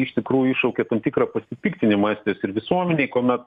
iš tikrųjų iššaukė tam tikrą pasipiktinimą estijos ir visuomenėj kuomet